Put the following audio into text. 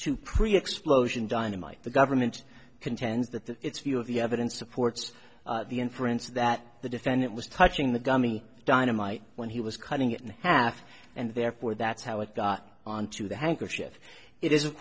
to pre explosion dynamite the government contends that its view of the evidence supports the inference that the defendant was touching the gummy dynamite when he was cutting it in half and therefore that's how it got onto the handkerchief it is of